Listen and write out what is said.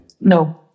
no